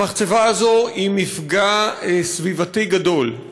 המחצבה הזאת היא מפגע סביבתי גדול,